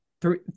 three